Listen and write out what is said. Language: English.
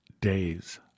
days